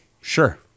Sure